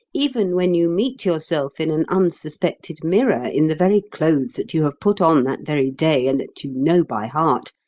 even when you meet yourself in an unsuspected mirror in the very clothes that you have put on that very day and that you know by heart,